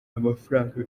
amafaranga